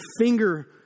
finger